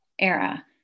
era